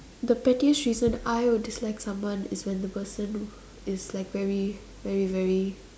the pettiest reason I would dislike someone is when the person is like very very